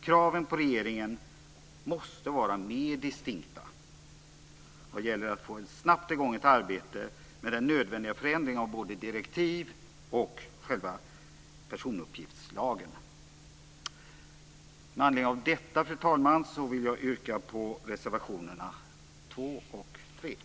Kraven på regeringen måste vara mer distinkta vad gäller att snabbt få i gång ett arbete med den nödvändiga förändringen av både direktivet och själva personuppgiftslagen. Med anledning av detta, fru talman, yrkar jag bifall till reservationerna 2 och 3.